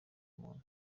muntu